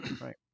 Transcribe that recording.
Right